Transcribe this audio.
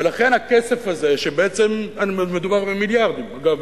ולכן, הכסף הזה, ובעצם מדובר במיליארדים, כן.